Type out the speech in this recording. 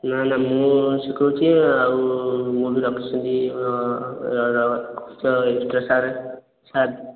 ନା ନା ମୁଁ ଶିଖାଉଛି ଆଉ ଏକ୍ସଟ୍ରା ସାର୍ ସାର୍